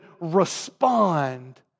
respond